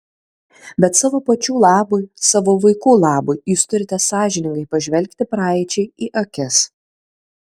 bet savo pačių labui savo vaikų labui jūs turite sąžiningai pažvelgti praeičiai į akis